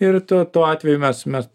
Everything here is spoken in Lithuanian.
ir tuo tuo atveju mes mes